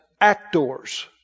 actors